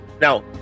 Now